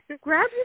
Grab